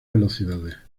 velocidades